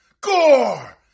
gore